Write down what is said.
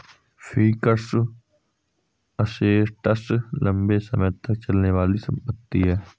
fixed assets लंबे समय तक चलने वाली संपत्ति है